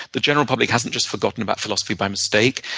the general public hasn't just forgotten about philosophy by mistake.